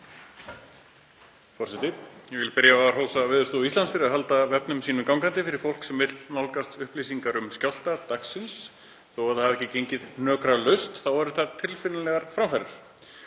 Forseti. Ég vil byrja á að hrósa Veðurstofu Íslands fyrir að halda vefnum sínum gangandi fyrir fólk sem vill nálgast upplýsingar um skjálfta dagsins. Þó að það hafi ekki gengið hnökralaust eru það tilfinnanlegar framfarir.